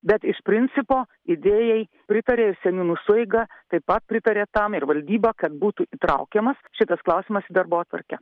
bet iš principo idėjai pritarė ir seniūnų sueiga taip pat pritarė tam ir valdyba kad būtų įtraukiamas šitas klausimas į darbotvarkę